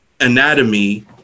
anatomy